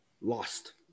lost